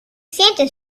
santa